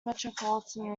metropolitan